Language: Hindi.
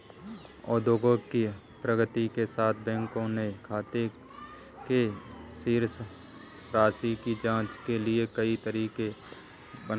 प्रौद्योगिकी की प्रगति के साथ, बैंकों ने खाते की शेष राशि की जांच के लिए कई तरीके बनाए है